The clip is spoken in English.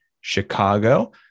Chicago